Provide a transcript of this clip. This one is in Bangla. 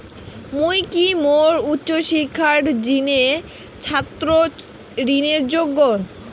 মুই কি মোর উচ্চ শিক্ষার জিনে ছাত্র ঋণের যোগ্য?